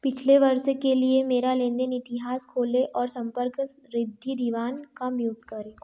पिछले वर्ष के लिए मेरा लेन देन इतिहास खोले और संपर्कस रिद्धि दीवान को म्यूट करें